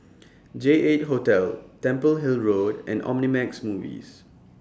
J eight Hotel Temple Hill Road and Omnimax Movies